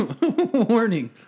Warning